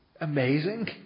amazing